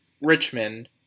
Richmond